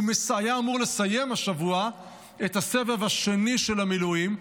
הוא היה אמור לסיים השבוע את הסבב השני של המילואים,